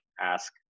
ask